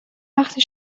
وقتی